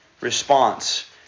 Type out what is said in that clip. response